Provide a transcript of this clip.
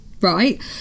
right